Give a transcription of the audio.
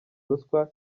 ruswa